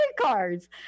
cards